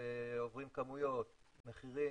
ועוברים כמויות, מחירים,